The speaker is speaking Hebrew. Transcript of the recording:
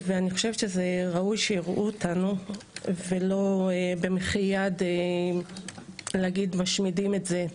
אני חושבת שראוי שייראו אותנו ושלא יגידו במחי יד שמשמידים את זה.